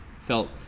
felt